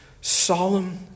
solemn